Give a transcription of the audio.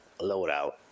loadout